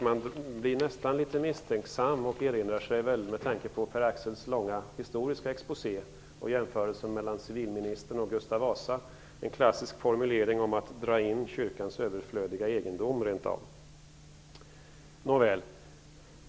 Man blir nästan litet misstänksam och erinrar sig rent av, med tanke på Pär-Axel Sahlbergs långa historiska exposé och jämförelsen mellan civilministern och Gustav Vasa, en klassisk formulering om att dra in kyrkans överflödiga egendom.